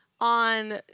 on